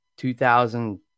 2000